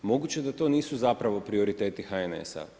Moguće da to nisu zapravo prioriteti HNS-a.